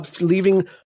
leaving